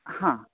हां